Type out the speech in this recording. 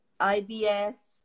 IBS